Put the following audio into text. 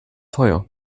teuer